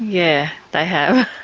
yeah, they have.